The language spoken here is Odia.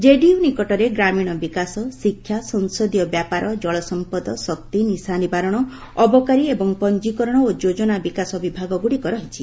ଜେଡିୟୁ ନିକଟରେ ଗ୍ରାମୀଣ ବିକାଶ ଶିକ୍ଷା ସଂସଦୀୟ ବ୍ୟାପାର ଜଳସମ୍ପଦ ଶକ୍ତି ନିଶା ନିବାରଣ ଅବକାରୀ ଏବଂ ପଂଜୀକରଣ ଓ ଯୋଜନା ବିକାଶ ବିଭାଗଗୁଡିକ ରହିଛି